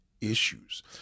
issues